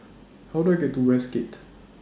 How Do I get to Westgate